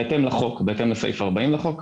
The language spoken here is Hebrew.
בהתאם לסעיף 40 לחוק,